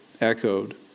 echoed